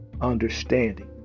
understanding